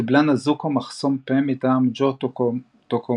קיבלה נזוקו מחסום פה מטעם גיו טוקומיה